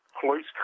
police